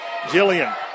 Jillian